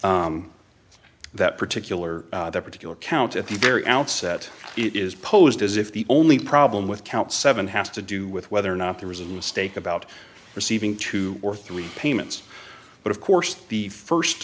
that particular that particular count at the very outset it is posed as if the only problem with count seven has to do with whether or not there was a mistake about receiving two or three payments but of course the